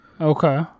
Okay